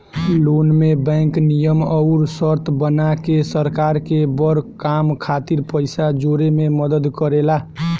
loan में bank नियम अउर शर्त बना के सरकार के बड़ काम खातिर पइसा जोड़े में मदद करेला